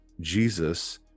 Jesus